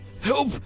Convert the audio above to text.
help